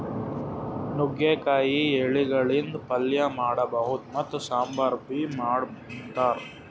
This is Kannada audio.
ನುಗ್ಗಿಕಾಯಿ ಎಲಿಗಳಿಂದ್ ಪಲ್ಯ ಮಾಡಬಹುದ್ ಮತ್ತ್ ಸಾಂಬಾರ್ ಬಿ ಮಾಡ್ ಉಂತಾರ್